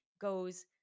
goes